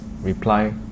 Reply